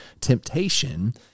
temptation